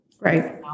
Right